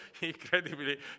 incredibly